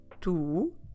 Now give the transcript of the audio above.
two